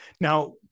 Now